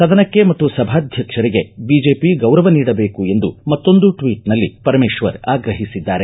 ಸದನಕ್ಕೆ ಮತ್ತು ಸಭಾಧಕ್ಷರಿಗೆ ಬಿಜೆಪಿ ಗೌರವ ನೀಡಬೇಕು ಎಂದು ಮತ್ತೊಂದು ಟ್ವೀಟ್ನಲ್ಲಿ ಪರಮೇಶ್ವರ್ ಆಗ್ರಹಿಸಿದ್ದಾರೆ